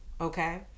Okay